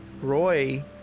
roy